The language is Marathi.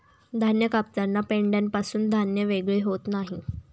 धान्य कापताना पेंढ्यापासून धान्य वेगळे होत नाही